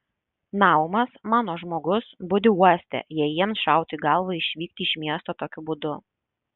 naumas mano žmogus budi uoste jei jiems šautų į galvą išvykti iš miesto tokiu būdu